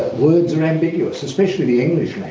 words are ambiguous, especially the english